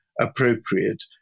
appropriate